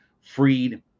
Freed